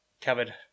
covered